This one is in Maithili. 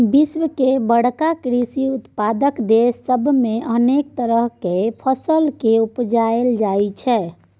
विश्व के बड़का कृषि उत्पादक देस सब मे अनेक तरह केर फसल केँ उपजाएल जाइ छै